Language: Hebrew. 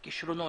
הרבה כישרונות,